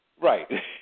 Right